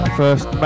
first